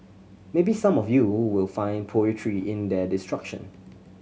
maybe some of you will find poetry in their destruction